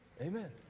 amen